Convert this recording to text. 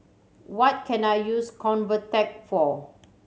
what can I use Convatec for